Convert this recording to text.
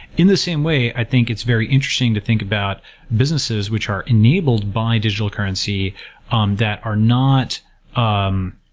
in the same way, i think it's very interesting to think about businesses which are enabled by digital currency um that are not um